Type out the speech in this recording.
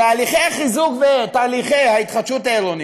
בתהליכי החיזוק ותהליכי ההתחדשות העירונית,